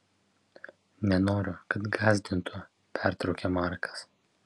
nenoriu kad gąsdintų pertraukia markas